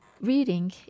Reading